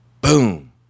Boom